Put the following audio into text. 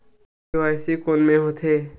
KYC कोन में होथे?